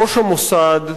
ראש המוסד,